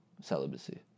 celibacy